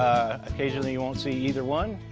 occasionally, you won't see either one.